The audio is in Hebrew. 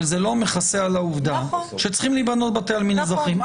אבל זה לא מכסה על העובדה שצריכים להיבנות בתי עלמין אזרחיים.